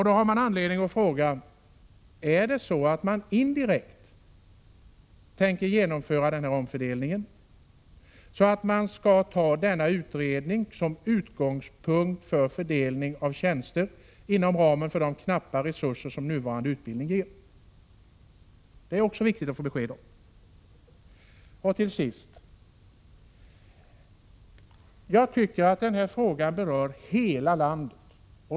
Då finns det anledning att fråga: Tänker man indirekt genomföra denna omfördelning, och skall man ta denna utredning som utgångspunkt för fördelning av tjänster inom ramen för de knappa resurser som nuvarande utbildning ger? Detta är också viktigt att få besked om. Till sist: Jag tycker att denna fråga berör hela landet.